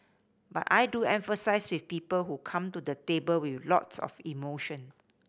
but I do empathise with people who come to the table with lots of emotion